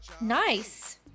Nice